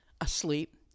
asleep